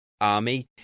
army